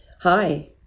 Hi